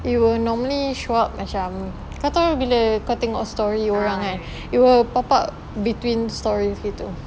it will normally show up macam kau bila kau tengok story orang kan it will pop up between stories gitu